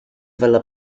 villa